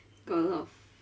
got a lot of